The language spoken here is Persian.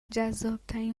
جذابترین